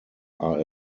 are